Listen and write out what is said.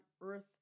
earth